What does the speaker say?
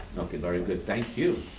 okay, very good. thank you.